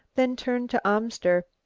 then turned to amster.